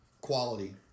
quality